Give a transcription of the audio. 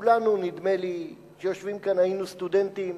כולנו, נדמה לי, שיושבים כאן, היינו סטודנטים,